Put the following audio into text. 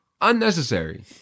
Unnecessary